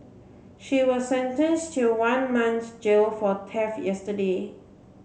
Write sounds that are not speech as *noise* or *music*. she was sentenced to one month's jail for *unintelligible* yesterday